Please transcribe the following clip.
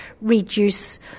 reduce